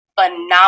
phenomenal